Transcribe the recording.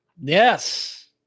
Yes